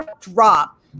drop